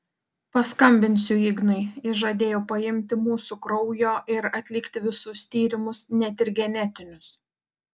paskambinsiu ignui jis žadėjo paimti mūsų kraujo ir atlikti visus tyrimus net ir genetinius